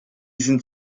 sind